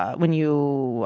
when you,